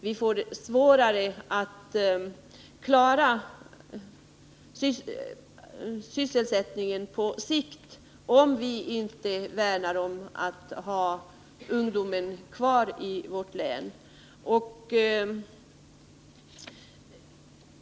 Vi får svårare att på sikt klara sysselsättningen, om vi inte värnar om att ha ungdomen kvar i Norrbottens län.